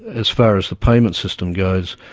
as far as the payment system goes,